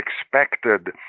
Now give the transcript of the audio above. expected